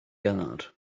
gynnar